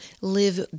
live